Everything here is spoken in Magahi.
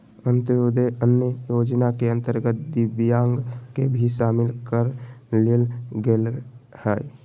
अंत्योदय अन्न योजना के अंतर्गत दिव्यांग के भी शामिल कर लेल गेलय हइ